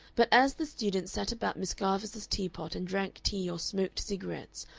but as the students sat about miss garvice's tea-pot and drank tea or smoked cigarettes,